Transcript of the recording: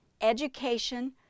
education